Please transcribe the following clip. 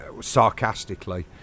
sarcastically